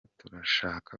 turashaka